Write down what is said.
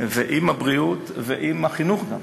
ועם הבריאות וגם עם החינוך.